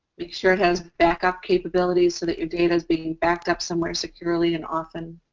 make sure it has backup capabilities so that your data is being backed up somewhere securely and often.